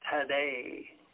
today